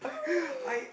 I